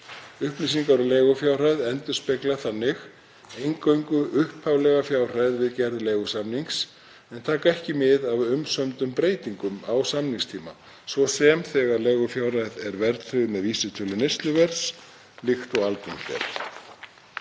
Upplýsingar um leigufjárhæð endurspegla þannig eingöngu upphaflega fjárhæð við gerð leigusamnings en taka ekki mið af umsömdum breytingum á samningstíma, svo sem þegar leigufjárhæð er verðtryggð með vísitölu neysluverðs líkt og algengt er.